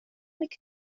mycket